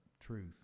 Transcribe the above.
truth